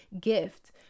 gift